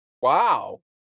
Wow